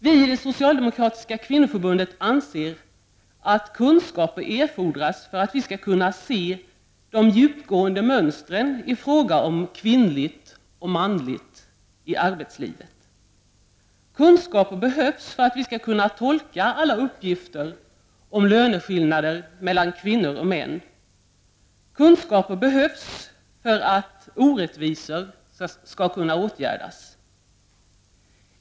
Vi i det socialdemokratiska kvinnoförbundet anser att kunskaper erfordras för att man skall kunna se de djupgående mönstren i fråga om kvinnligt och manligt i arbetslivet. Kunskaper behövs för att vi skall kunna tolka alla uppgifter om löneskillnader mellan kvinnor och män. Kunskaper behövs också för att orättvisor skall kunna åtgärdas.